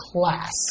class